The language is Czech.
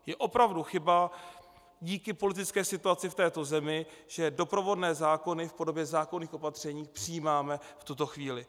Je opravdu chyba díky politické situaci v této zemi, že doprovodné zákony v podobě zákonných opatření přijímáme v tuto chvíli.